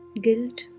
guilt